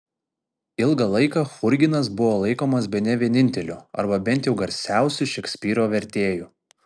ilgą laiką churginas buvo laikomas bene vieninteliu arba bent jau garsiausiu šekspyro vertėju